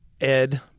Ed